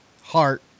heart